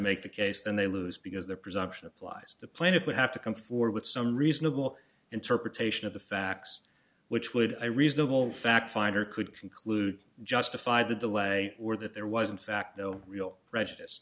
make the case then they lose because the presumption applies the plaintiff would have to come forward with some reasonable interpretation of the facts which would a reasonable fact finder could conclude justify the delay or that there was in fact no real prejudice